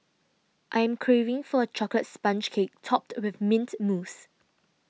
I'm craving for a Chocolate Sponge Cake Topped with Mint Mousse